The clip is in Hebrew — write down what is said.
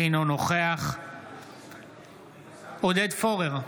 אינו נוכח עודד פורר,